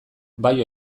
bai